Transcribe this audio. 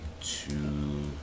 two